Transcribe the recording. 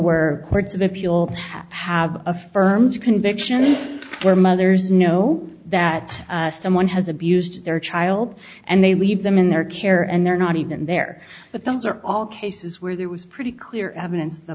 appeal have a firm conviction where mothers know that someone has abused their child and they leave them in their care and they're not even there but those are all cases where there was pretty clear evidence